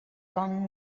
long